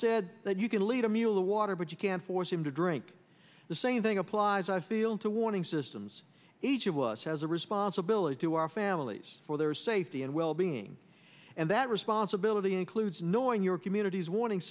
said that you can lead a mule the water but you can't force him to drink the same thing applies i feel to warning systems each of us has a responsibility to our families for their safety and well being and that responsibility includes knowing your community's warning